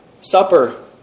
supper